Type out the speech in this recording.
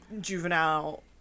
juvenile